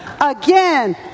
Again